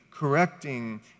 correcting